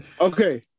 Okay